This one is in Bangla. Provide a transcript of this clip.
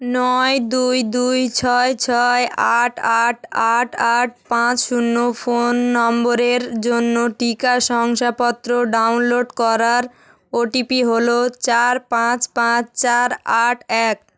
নয় দুই দুই ছয় ছয় আট আট আট আট পাঁচ শূন্য ফোন নম্বরের জন্য টিকা শংসাপত্র ডাউনলোড করার ওটিপি হল চার পাঁচ পাঁচ চার আট এক